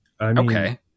Okay